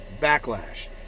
backlash